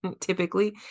typically